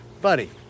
buddy